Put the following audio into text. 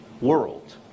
world